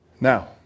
Now